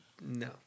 No